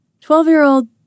Twelve-year-old